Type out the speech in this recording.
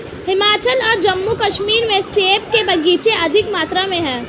हिमाचल और जम्मू कश्मीर में सेब के बगीचे अधिक मात्रा में है